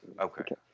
okay